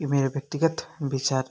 यो मेरो व्यक्तिगत विचार